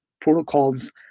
protocols